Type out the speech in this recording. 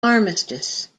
armistice